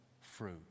fruit